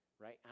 right